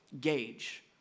gauge